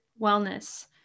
wellness